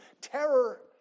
terror